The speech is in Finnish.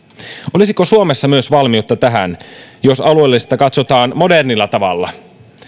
olisiko suomessa myös valmiutta tähän jos alueellistamista katsotaan modernilla tavalla